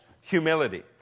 humility